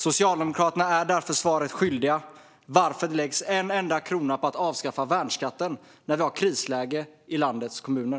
Socialdemokraterna är därför svaret skyldiga: Varför läggs en enda krona på att avskaffa värnskatten när vi har ett krisläge i landets kommuner?